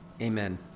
amen